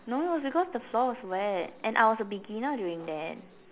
no it was because the floor was wet and I was a beginner during then